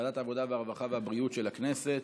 ועדת העבודה, הרווחה והבריאות של הכנסת.